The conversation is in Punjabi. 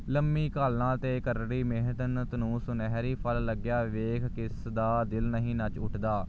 ਲੰਬੀ ਘਾਲਣਾ ਅਤੇ ਕਰੜੀ ਮਿਹਨਤ ਨੂੰ ਸੁਨਹਿਰੀ ਫਲ ਲੱਗਿਆ ਵੇਖ ਕਿਸਦਾ ਦਿਲ ਨਹੀਂ ਨੱਚ ਉੱਠਦਾ